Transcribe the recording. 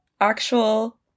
actual